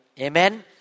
Amen